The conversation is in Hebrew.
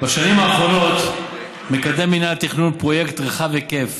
בשנים האחרונות מקדם מינהל התכנון פרויקט רחב היקף